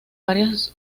varias